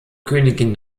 königin